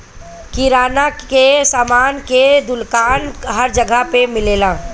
किराना के सामान के दुकान हर जगह पे मिलेला